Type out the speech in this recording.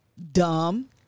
Dumb